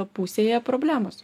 pusėje problemos